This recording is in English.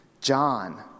John